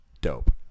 Dope